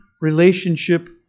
relationship